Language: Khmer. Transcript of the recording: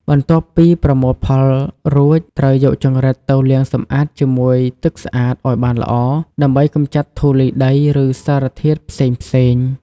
បន្ទាប់ពីប្រមូលផលរួច ត្រូវយកចង្រិតទៅលាងសម្អាតជាមួយទឹកស្អាតឲ្យបានល្អ ដើម្បីកម្ចាត់ធូលីដី ឬសារធាតុផ្សេងៗ។